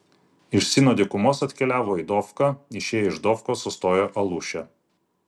iš sino dykumos atkeliavo į dofką išėję iš dofkos sustojo aluše